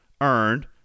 earned